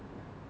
ya